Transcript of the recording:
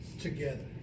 together